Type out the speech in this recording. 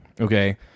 Okay